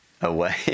away